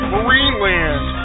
Marineland